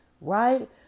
right